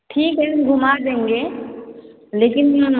ठीक है घुमा देंगे लेकिन